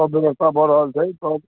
सब व्यवस्था भऽ रहल छै